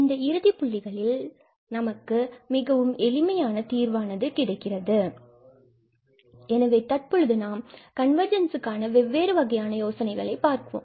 இந்த இறுதி புள்ளிகளில் நமக்கு மிகவும் எளிமையான தீர்வானது கிடைக்கிறது எனவே தற்பொழுது நாம் கன்வர்ஜென்ஸ் க்கான வெவ்வேறு வகையான யோசனைகளை பார்ப்போம்